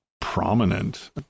prominent